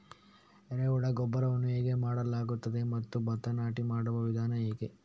ಎರೆಹುಳು ಗೊಬ್ಬರವನ್ನು ಹೇಗೆ ಮಾಡಲಾಗುತ್ತದೆ ಮತ್ತು ಭತ್ತ ನಾಟಿ ಮಾಡುವ ವಿಧಾನ ಹೇಗೆ?